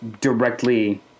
directly